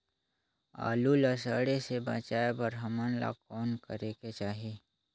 आलू ला सड़े से बचाये बर हमन ला कौन करेके चाही?